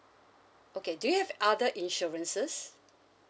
okay do you have other insurances